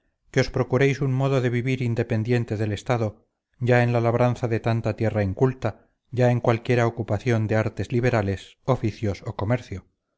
que os procuréis un modo de vivir independiente del estado ya en la labranza de tanta tierra inculta ya en cualquiera ocupación de artes liberales oficios o comercio